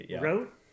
wrote